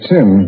Tim